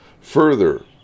Further